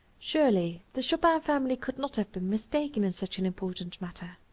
surely the chopin family could not have been mistaken in such an important matter!